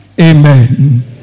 Amen